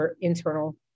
internal